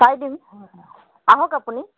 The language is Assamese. চাই দিম আহক আপুনি